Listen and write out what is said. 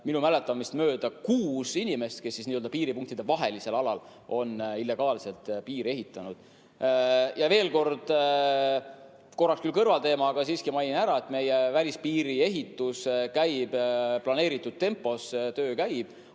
minu mäletamist mööda kuus inimest, kes n‑ö piiripunktide vahelisel alal on illegaalselt piiri ületanud. Ja veel kord: korraks küll kõrvalteema, aga siiski mainin ära, et meie välispiiri ehitus käib planeeritud tempos. Töö käib,